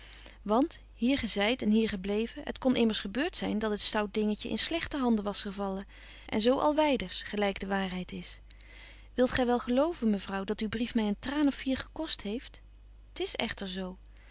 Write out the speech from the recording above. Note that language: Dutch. want hier gezeit en hier gebleven het kon immers gebeurt zyn dat het stout dingetje in slegte handen was gevallen en zo al wyders gelyk de waarheid is wilt gy wel geloven mevrouw dat uw brief my een traan of vier gekost heeft t is echter zo